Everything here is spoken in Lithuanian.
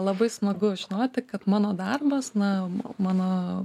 labai smagu žinoti kad mano darbas na mano